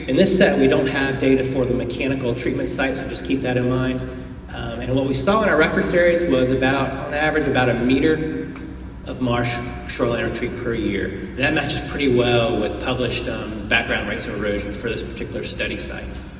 in this set we don't have data for the mechanical treatment sites so and just keep that in mind. and what we saw in our reference area was about, on average about a meter of marsh shoreline retreat per year. that matches pretty well with published um background regular erosion for this particular study site.